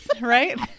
Right